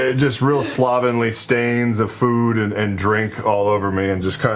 ah just real slovenly stains of food and and drink all over me and just kind of